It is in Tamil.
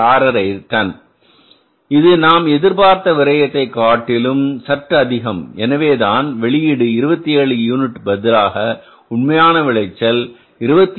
5 டன் இது நாம் எதிர்பார்த்த விரயத்தை காட்டிலும் சற்று அதிகம் எனவேதான் வெளியீடு 27 யூனிட்டுக்கு பதிலாக உண்மையான விளைச்சல் 26